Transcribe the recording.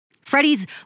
Freddie's